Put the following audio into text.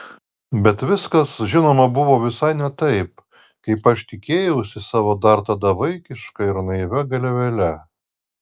bet viskas žinoma buvo visai ne taip kaip aš tikėjausi savo dar tada vaikiška ir naivia galvele